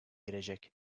girecek